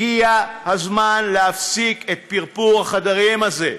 הגיע הזמן להפסיק את פרפור החדרים הזה.